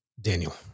Daniel